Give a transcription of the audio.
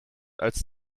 als